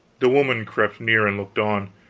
the woman crept near and looked on,